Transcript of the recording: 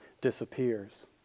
disappears